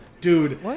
Dude